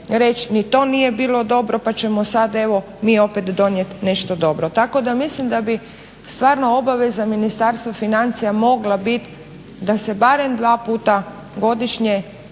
reći ni to nije bilo dobro pa ćemo sad evo mi opet donijet nešto dobro. Tako da mislim da bi stvarno obaveza Ministarstva financija mogla bit da se barem dva puta godišnje